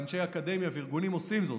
אנשי אקדמיה וארגונים עושים זאת,